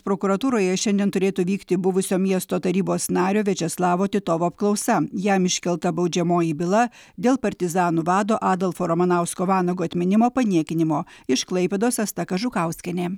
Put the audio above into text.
prokuratūroje šiandien turėtų vykti buvusio miesto tarybos nario viačeslavo titovo apklausa jam iškelta baudžiamoji byla dėl partizanų vado adolfo ramanausko vanago atminimo paniekinimo iš klaipėdos asta kažukauskienė